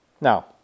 Now